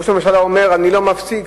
ראש הממשלה אומר: אני לא מפסיק,